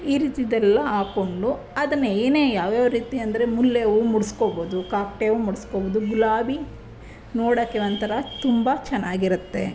ಈ ರೀತಿ ಇದೆಲ್ಲ ಹಾಕ್ಕೊಂಡು ಅದನ್ನ ಏನೇ ಯಾವ್ಯಾವ ರೀತಿ ಅಂದರೆ ಮಲ್ಲೆ ಹೂವು ಮುಡಿಸ್ಕೊಳ್ಬೋದು ಕಾಕಡ ಹೂವು ಮುಡಿಸ್ಕೊಳ್ಬೋದು ಗುಲಾಬಿ ನೋಡೋಕೆ ಒಂಥರ ತುಂಬ ಚೆನ್ನಾಗಿರುತ್ತೆ